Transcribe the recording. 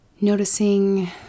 Noticing